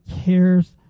cares